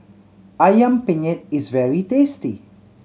Ayam Penyet is very tasty